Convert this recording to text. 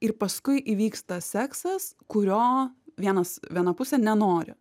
ir paskui įvyksta seksas kurio vienas viena pusė nenori